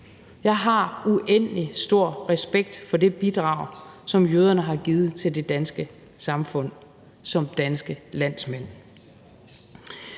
Jeg har uendelig stor respekt for det bidrag, som jøderne har givet til det danske samfund som danske landsmænd.